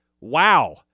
Wow